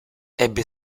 ebbe